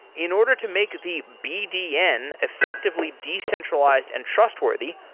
in order to make the bdn effectively decentralized and trustworthy,